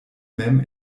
mem